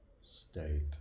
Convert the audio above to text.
State